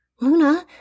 Luna